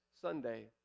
Sunday